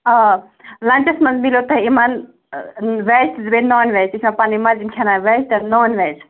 آ لَنچَس مَنٛز میلِوٕ تۄہہِ یِمَن ویٚج تہِ تہٕ بیٚیہِ نان ویٚج تہِ تہِ چھِ یِمَن پنٕنۍ مَرضی یِم کھیٚنا ویٚج تہٕ نان ویٚج